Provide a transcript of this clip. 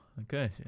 okay